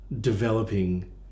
developing